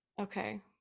okay